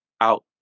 out